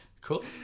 Cool